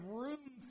room